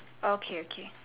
okay okay